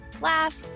laugh